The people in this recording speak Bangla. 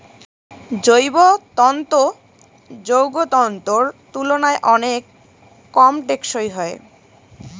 জৈব তন্তু যৌগ তন্তুর তুলনায় অনেক কম টেঁকসই হয়